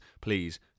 please